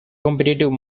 competitive